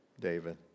David